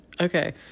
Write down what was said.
Okay